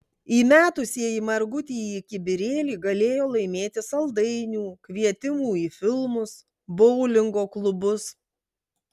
įmetusieji margutį į kibirėlį galėjo laimėti saldainių kvietimų į filmus boulingo klubus